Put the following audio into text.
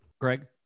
Greg